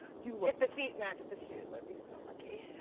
you look. if the feet matched the shoes i'd be so lucky.